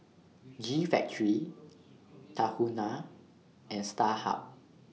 G Factory Tahuna and Starhub